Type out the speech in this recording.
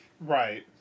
Right